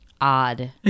odd